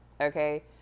Okay